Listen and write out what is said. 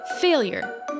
failure